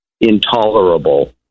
intolerable